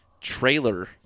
trailer